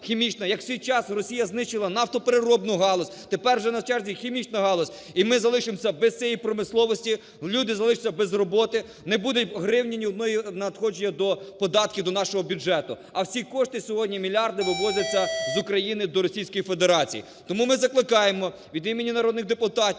як в свій час Росія знищила нафтопереробну галузь, тепер вже на черзі хімічна галузь. І ми залишимося без цієї промисловості, люди залишаться без роботи, не буде гривні ні одної надходження до податків до нашого бюджету. А всі кошти сьогодні, мільярди, вивозяться з України до Російської Федерації. Тому ми закликаємо від імені народних депутатів